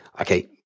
okay